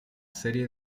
serie